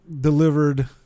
delivered